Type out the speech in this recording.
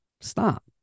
Stop